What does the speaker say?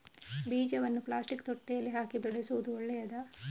ಬೀಜವನ್ನು ಪ್ಲಾಸ್ಟಿಕ್ ತೊಟ್ಟೆಯಲ್ಲಿ ಹಾಕಿ ಬೆಳೆಸುವುದು ಒಳ್ಳೆಯದಾ?